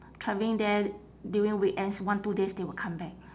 travelling there during weekends one two days they will come back